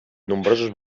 nombrosos